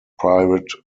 pirate